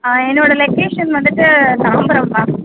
என்னோடய லொக்கேஷன் வந்துட்டு தாம்பரம் மேம்